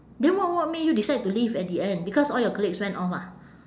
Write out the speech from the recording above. then what what made you decide to leave at the end because all your colleagues went off ah